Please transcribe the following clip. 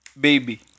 Baby